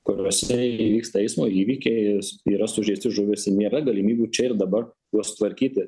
kuriuose įvyksta eismo įvykiai yra sužeistų žuvusių nėra galimybių čia ir dabar juos tvarkyti